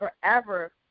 forever